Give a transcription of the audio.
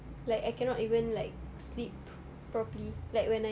like I cannot even like sleep properly like when I